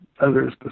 others